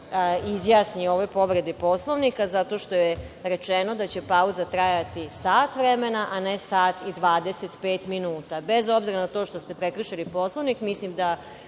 izjasni o ovoj povredi Poslovnika, zato što je rečeno da će pauza trajati sat vremena, a ne sat i 25 minuta. Bez obzira na to što ste prekršili Poslovnik, mislim da